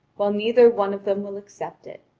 while neither one of them will accept it.